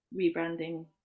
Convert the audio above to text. rebranding